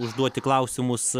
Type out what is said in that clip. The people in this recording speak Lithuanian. užduoti klausimus